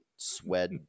sweat